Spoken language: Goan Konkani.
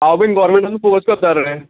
हांव बीन गोवरमेंटान पोवचो करतालो रे